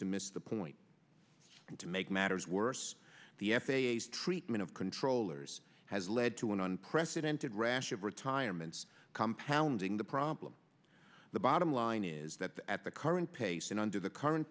to miss the point to make matters worse the f a s treatment of controllers has led to an unprecedented rash of retirements compounding the problem the bottom line is that at the current pace and under the current